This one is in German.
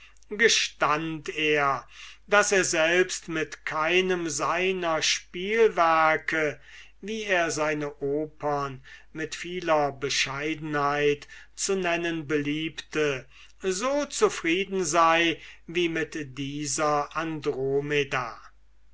gestand er daß er selbst mit keinem seiner spielwerke wie er seine opern mit vieler bescheidenheit zu nennen beliebte so zufrieden sei wie mit dieser andromeda